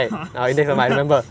ha oh ya